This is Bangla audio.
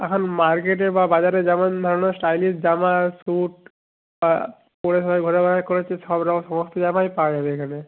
এখন মার্কেটে বা বাজারে যেমন ধরনের স্টাইলিশ জামা স্যুট পরে সবাই ঘোরাফেরা করছে সব সমস্ত জামাই পাওয়া যাবে এখানে